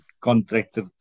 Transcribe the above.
contractor